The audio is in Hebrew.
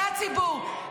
זה הציבור.